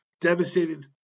Devastated